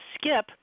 skip